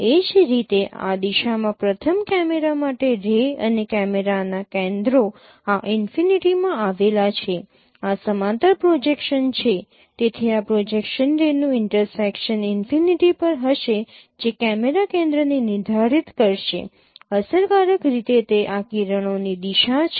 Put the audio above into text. એ જ રીતે આ દિશામાં પ્રથમ કેમેરા માટે રે અને કેમેરા ના કેન્દ્રો આ ઈનફિનિટીમાં આવેલા છે આ સમાંતર પ્રોજેક્શન છે તેથી આ પ્રોજેક્શન રે નું ઇન્ટરસેક્શન ઈનફિનિટી પર હશે જે કેમેરા કેન્દ્રને નિર્ધારિત કરશે અસરકારક રીતે તે આ કિરણોની દિશા છે